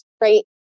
right